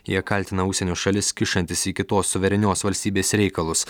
jie kaltina užsienio šalis kišantis į kitos suverenios valstybės reikalus